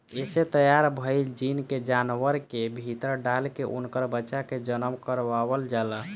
एसे तैयार भईल जीन के जानवर के भीतर डाल के उनकर बच्चा के जनम करवावल जाला